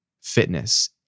fitness